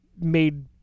made